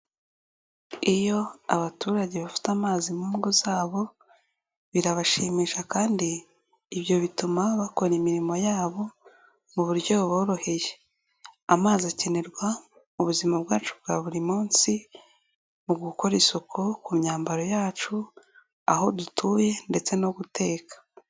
Iyo abaturage bafite amazi mu ngo zabo, birabashimisha kandi ibyo bituma bakora imirimo yabo mu buryo buboroheye. Amazi akenerwa mu buzima bwacu bwa buri munsi mu gukora isuku ku myambaro yacu, aho dutuye ndetse no guteka.